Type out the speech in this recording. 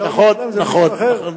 עכשיו אני משלם את זה למישהו אחר.